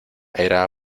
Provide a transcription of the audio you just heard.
era